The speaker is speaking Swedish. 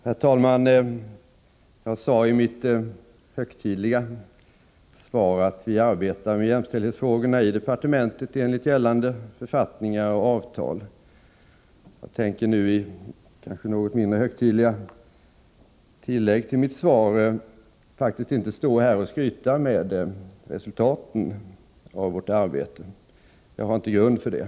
Herr talman! Jag sade i mitt högtidliga svar att vi enligt gällande författningar och avtal arbetar med jämställdhetsfrågorna i departementet. I mitt kanske något mindre högtidliga tillägg till mitt svar tänker jag faktiskt inte stå här och skryta med resultaten av vårt arbete. Jag har inte någon grund för detta.